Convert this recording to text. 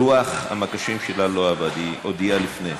לוח המקשים שלה לא עבד, היא הודיעה לפני,